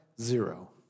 Zero